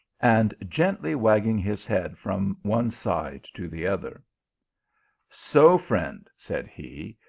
and gently wagging his head from one side to the other so, friend, said he,